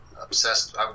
obsessed